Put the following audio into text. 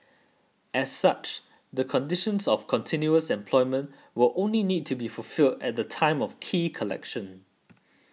as such the conditions of continuous employment will only need to be fulfilled at the time of key collection